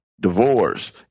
Divorce